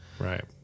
Right